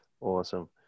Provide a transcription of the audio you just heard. awesome